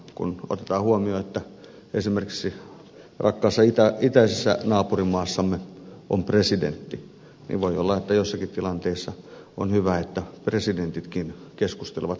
kun otetaan huomioon että esimerkiksi rakkaassa itäisessä naapurimaassamme on presidentti niin voi olla että joissakin tilanteissa on hyvä että presidentitkin keskustelevat keskenään